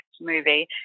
movie